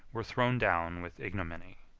were thrown down with ignominy.